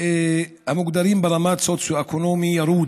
המוגדרים ברמה סוציו-אקונומי ירודה,